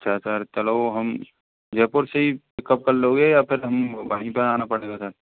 अच्छा सर चलो हम जयपुर से ही पिकअप कर लोगे या फिर हम वही पे आना पड़ेगा सर